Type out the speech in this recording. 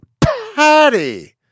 Patty